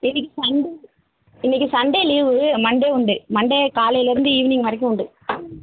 இன்றைக்கி சண்டே இன்றைக்கி Sunday leave Monday உண்டு மண்டே காலைலேருந்து ஈவினிங் வரைக்கும் உண்டு